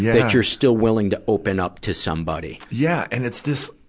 that you're still willing to open up to somebody. yeah. and it's this,